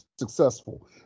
successful